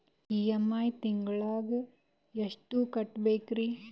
EMI ತಿಂಗಳ ಎಷ್ಟು ಕಟ್ಬಕ್ರೀ?